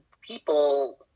people